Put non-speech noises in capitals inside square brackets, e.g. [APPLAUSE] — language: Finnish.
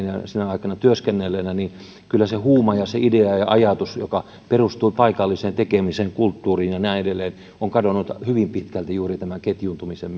[UNINTELLIGIBLE] jälkeisenä aikana työskennelleenä voin sanoa että kyllä se huuma ja se idea ja ja ajatus joka perustui paikalliseen tekemisen kulttuuriin ja näin edelleen on kadonnut hyvin pitkälti juuri tämän ketjuuntumisen [UNINTELLIGIBLE]